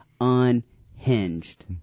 unhinged